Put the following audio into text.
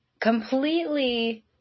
Completely